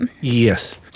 Yes